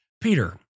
Peter